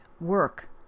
Work